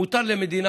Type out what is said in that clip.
מותר למדינה,